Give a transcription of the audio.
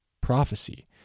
prophecy